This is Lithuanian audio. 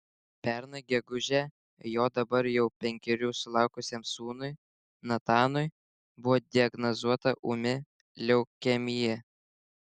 pernai gegužę jo dabar jau penkerių sulaukusiam sūnui natanui buvo diagnozuota ūmi leukemija